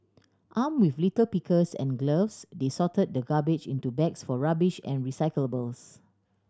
arm with litter pickers and gloves they sorted the garbage into bags for rubbish and recyclables